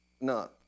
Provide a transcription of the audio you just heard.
no